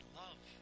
love